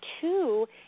two